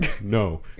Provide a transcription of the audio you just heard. No